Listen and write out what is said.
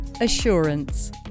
assurance